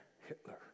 Hitler